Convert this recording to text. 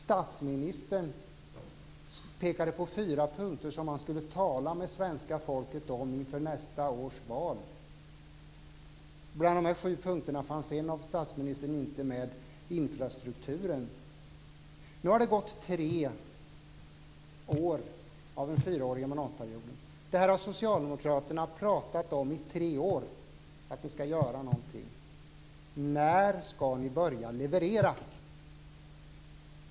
Statsministern pekade på fyra punkter som han skulle tala med svenska folket om inför nästa års val. Bland dessa sju punkter var det en av statsministerns punkter som inte fanns med - den om infrastrukturen. Nu har det gått tre år av den fyraåriga mandatperioden. Socialdemokraterna har pratat om att de ska göra någonting i tre år. När ska ni börja leverera?